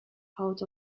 out